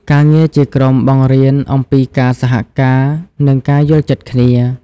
ការងារជាក្រុមបង្រៀនអំពីការសហការ និងការយល់ចិត្តគ្នា។